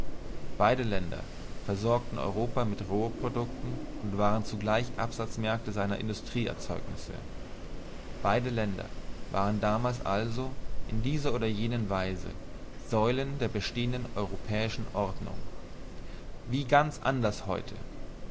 beide länder versorgten europa mit rohprodukten und waren zugleich absatzmärkte seiner industrieerzeugnisse beide länder waren damals also in dieser oder jener weise säulen der bestehenden europäischen ordnung wie ganz anders heute